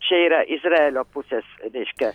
čia yra izraelio pusės reiškia